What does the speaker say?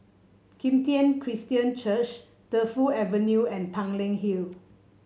Kim Tian Christian Church Defu Avenue and Tanglin Hill